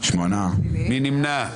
מי נמנע?